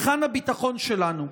היכן הביטחון שלנו?